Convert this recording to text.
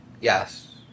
Yes